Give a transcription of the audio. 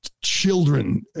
children